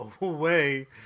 away